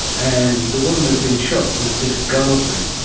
and the woman who'd been shot was just garbling,